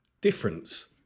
difference